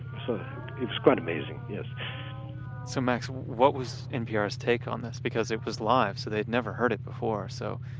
it's quite amazing, yes so max, what was npr's take on this? because it was live so they'd never heard it before so,